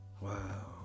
wow